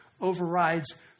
overrides